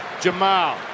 Jamal